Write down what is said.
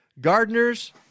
gardeners